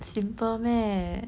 simple meh